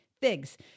Figs